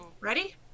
Ready